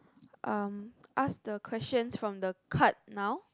um ask the questions from the card now